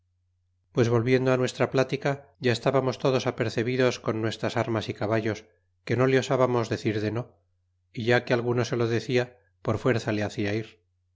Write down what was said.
pues volviendo nuestra plática ya estábamos todos apercebidos con ues tras armas y caballos que no le osábamos decir de no é ya que alguno se lo decía por fuerza le hacia ir